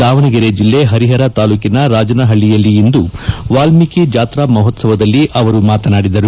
ದಾವಣಗೆರೆ ಜಿಲ್ಲೆಯ ಪರಿಪರ ತಾಲೂಟನ ರಾಜನಹಳ್ಳಯಲ್ಲಿ ಇಂದು ಜರುಗಿದ ವಾಲ್ನೀಕಿ ಜಾತ್ರಾ ಮಹೋತ್ಸವದಲ್ಲಿ ಅವರು ಮಾತನಾಡಿದರು